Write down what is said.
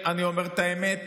ואני אומר את האמת,